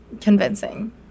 convincing